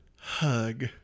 hug